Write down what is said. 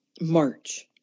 March